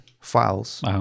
files